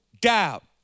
doubt